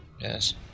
Yes